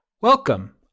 welcome